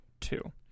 two